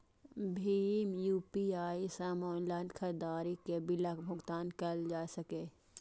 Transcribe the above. भीम UPI सं online खरीदारी के बिलक भुगतान कैल जा सकैए